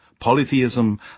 polytheism